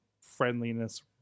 friendliness